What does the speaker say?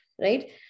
right